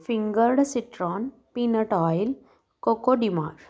fingered citron peanut oil cocoa DMart